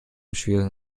schweren